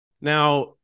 Now